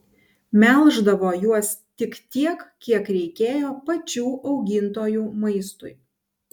melždavo juos tik tiek kiek reikėjo pačių augintojų maistui